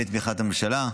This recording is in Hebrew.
בתמיכת הממשלה.